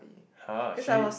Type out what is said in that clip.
!huh! she